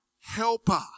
helper